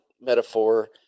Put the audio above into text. metaphor